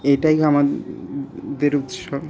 এটাই আমাদের উৎসব